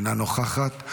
אינה נוכחת.